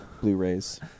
Blu-rays